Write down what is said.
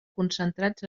concentrats